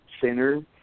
Center